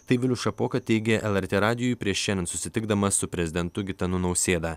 taip vilius šapoka teigė lrt radijui prieš šiandien susitikdamas su prezidentu gitanu nausėda